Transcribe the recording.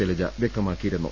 ശൈലജ വ്യക്തമാക്കിയിരുന്നു